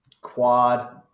quad